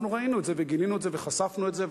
אנחנו ראינו את זה וגילינו את זה וחשפנו את זה,